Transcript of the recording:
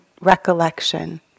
recollection